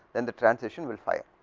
then the transition will fired.